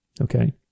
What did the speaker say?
okay